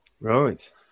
Right